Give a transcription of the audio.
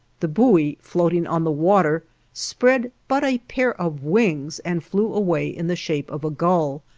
the buoy floating on the water spread but a pair of wings and flew away in the shape of a gull,